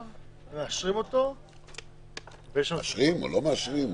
ומאשרים אותו --- מאשרים או לא מאשרים.